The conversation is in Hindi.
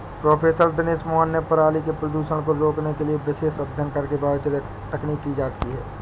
प्रोफ़ेसर दिनेश मोहन ने पराली के प्रदूषण को रोकने के लिए विशेष अध्ययन करके बायोचार तकनीक इजाद की है